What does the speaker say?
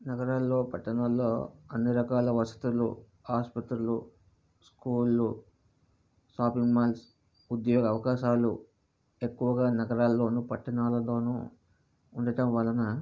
నగరాల్లో పట్టణాల్లో అన్ని రకాల వసతులు ఆస్పత్రులు స్కూళ్ళు షాపింగ్ మాల్స్ ఉద్యోగ అవకాశాలు ఎక్కువగా నగరాల్లోనూ పట్టణాల్లోనూ ఉండటం వలన